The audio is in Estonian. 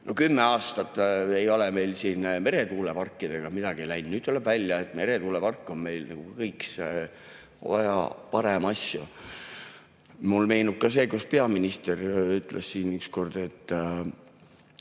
Kümme aastat ei ole meil siin meretuuleparkidega midagi edasi läinud, nüüd tuleb välja, et meretuulepark on meil üks kõikse paremaid asju. Mulle meenub ka see, kuis peaminister ütles siin üks kord, et